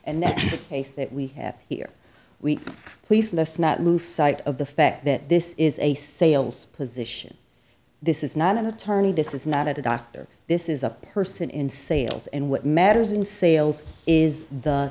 and the case that we have here we police must not lose sight of the fact that this is a sales position this is not an attorney this is not a doctor this is a person in sales and what matters in sales is the